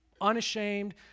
unashamed